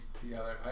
together